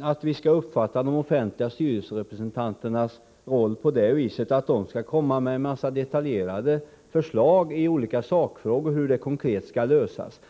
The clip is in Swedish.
att vi skall uppfatta de offentliga styrelserepresentanternas roll på det viset att de skall komma med en massa detaljerade förslag om hur olika sakfrågor konkret skall lösas.